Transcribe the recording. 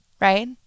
right